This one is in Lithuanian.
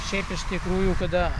šiaip iš tikrųjų kada